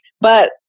but-